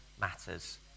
matters